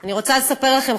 אני רוצה לספר לכם,